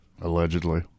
allegedly